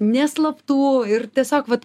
neslaptų ir tiesiog vat